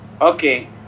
okay